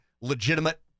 legitimate